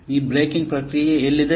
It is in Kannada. ಈ ಬ್ರೇಕಿಂಗ್ ಪ್ರಕ್ರಿಯೆಗೆ ಎಲ್ಲಿದೆ